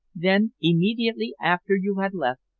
then immediately after you had left,